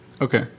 Okay